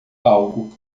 algo